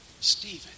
Stephen